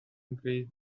increase